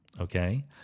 Okay